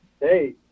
Hey